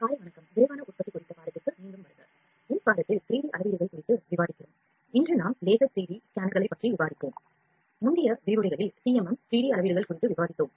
காலை வணக்கம்